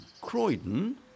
Croydon